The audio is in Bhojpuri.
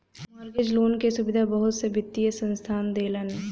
मॉर्गेज लोन क सुविधा बहुत सा वित्तीय संस्थान देलन